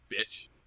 bitch